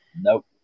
Nope